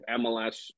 MLS